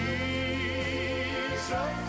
Jesus